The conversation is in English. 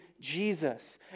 Jesus